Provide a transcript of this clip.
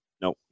No